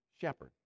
shepherd